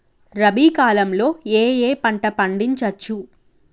రబీ కాలంలో ఏ ఏ పంట పండించచ్చు?